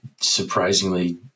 surprisingly